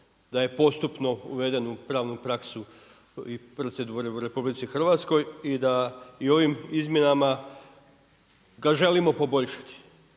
da je postupno uveden u pravnu praksu i procedure u RH, i da i ovim izmjenama ga želimo poboljšati.